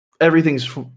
everything's